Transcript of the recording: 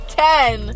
ten